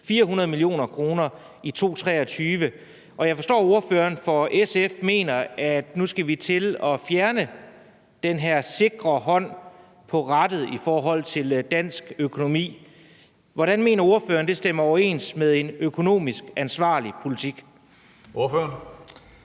400 mio. kr. i 2023, og jeg forstår, at ordføreren for SF mener, at vi nu skal til at fjerne den her sikre hånd på rattet i forhold til dansk økonomi. Hvordan mener ordføreren det stemmer overens med en økonomisk ansvarlig politik? Kl.